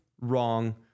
wrong